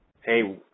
hey